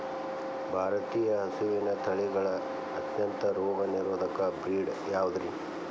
ಭಾರತೇಯ ಹಸುವಿನ ತಳಿಗಳ ಅತ್ಯಂತ ರೋಗನಿರೋಧಕ ಬ್ರೇಡ್ ಯಾವುದ್ರಿ?